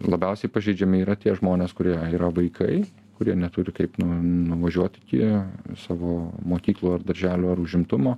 labiausiai pažeidžiami yra tie žmonės kurie yra vaikai kurie neturi kaip nuvažiuot iki savo mokyklų ar darželių ar užimtumo